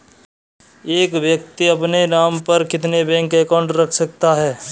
एक व्यक्ति अपने नाम पर कितने बैंक अकाउंट रख सकता है?